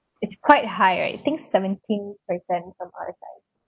it's quite high right I think seventeen percent per month right